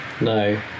no